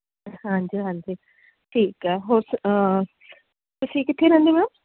ਹਾਂਜੀ ਹਾਂਜੀ ਠੀਕ ਹੈ ਹੋਰ ਤੁਸੀਂ ਕਿੱਥੇ ਰਹਿੰਦੇ ਮੈਮ